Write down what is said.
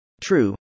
True